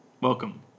welcome